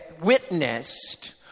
Witnessed